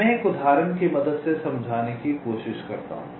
मैं एक उदाहरण की मदद से समझाने की कोशिश करता हूँ